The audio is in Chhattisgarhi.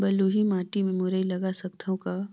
बलुही माटी मे मुरई लगा सकथव का?